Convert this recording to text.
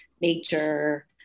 nature